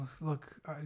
look